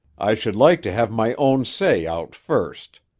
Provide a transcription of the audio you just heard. i should like to have my own say out first.